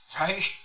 right